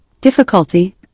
difficulty